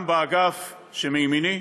גם באגף שמימיני,